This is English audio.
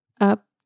up